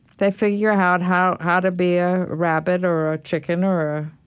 they figure out how how to be a rabbit or a chicken or or